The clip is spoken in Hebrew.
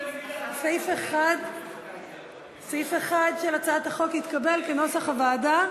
סעיף 1 של הצעת החוק התקבל כנוסח הוועדה.